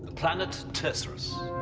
planet tursurus.